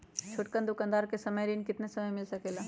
छोटकन दुकानदार के ऋण कितने समय मे मिल सकेला?